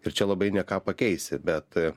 ir čia labai ne ką pakeisi bet